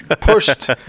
pushed